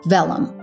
Vellum